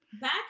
back